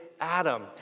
Adam